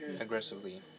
aggressively